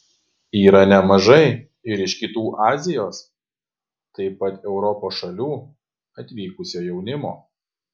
yra nemažai ir iš kitų azijos taip pat europos šalių atvykusio jaunimo